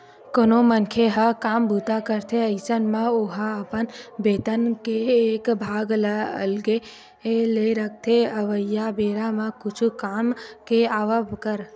कोनो मनखे ह काम बूता करथे अइसन म ओहा अपन बेतन के एक भाग ल अलगे ले रखथे अवइया बेरा म कुछु काम के आवब बर